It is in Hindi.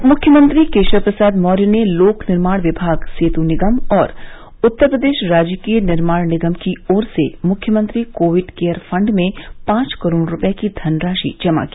उप मुख्यमंत्री केशव प्रसाद मौर्य ने लोक निर्माण विभाग सेत् निगम और उत्तर प्रदेश राजकीय निर्माण निगम की ओर से मुख्यमंत्री कोविड केयर फंड में पांच करोड़ रूपये की धनराशि जमा की